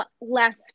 left